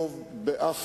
תודה,